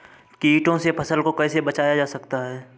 कीटों से फसल को कैसे बचाया जा सकता है?